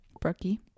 Brookie